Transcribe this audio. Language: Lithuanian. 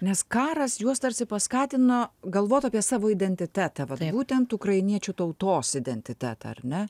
nes karas juos tarsi paskatino galvot apie savo identitetą vat būtent ukrainiečių tautos identitetą ar ne